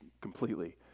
completely